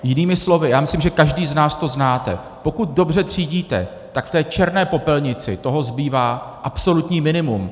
Jinými slovy, já myslím, že každý z nás to znáte: pokud dobře třídíte, tak v té černé popelnici toho zbývá absolutní minimum.